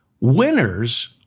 Winners